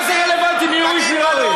מה זה רלוונטי מי הוריש ומי לא הוריש?